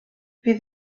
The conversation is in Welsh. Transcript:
bydd